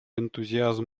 энтузиазм